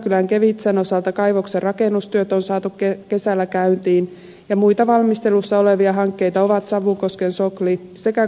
sodankylän kevitsan osalta kaivoksen rakennustyöt on saatu kesällä käyntiin ja muita valmistelussa olevia hankkeita ovat savukosken sokli sekä kolaripajalan kaivoshanke